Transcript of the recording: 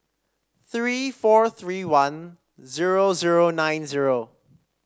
three four three one zero zero nine zero